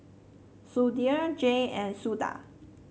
Sudhir J and Suda